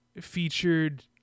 featured